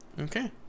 Okay